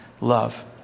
love